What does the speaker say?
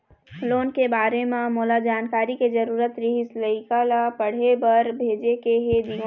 loan के बारे म मोला जानकारी के जरूरत रीहिस, लइका ला पढ़े बार भेजे के हे जीवन